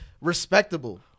respectable